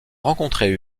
rencontrait